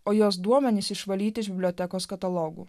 o jos duomenys išvalyti iš bibliotekos katalogų